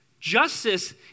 Justice